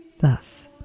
Thus